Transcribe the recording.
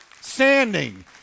standing